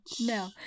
No